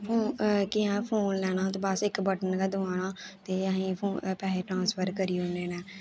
के अहें फोन लैना ते बस इक बटन गै दबाना ते अहीं पैहे ट्रांसफर करी ओड़ने न